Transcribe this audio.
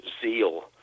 zeal